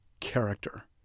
character